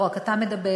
לא רק אתה מדבר,